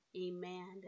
amen